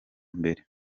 mbere